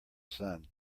sun